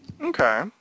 Okay